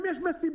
אם יש מסיבות,